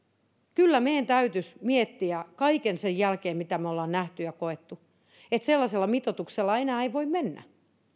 kyllä meidän täytyisi miettiä kaiken sen jälkeen mitä me olemme nähneet ja kokeneet että sellaisella mitoituksella ei voi enää mennä